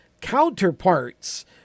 counterparts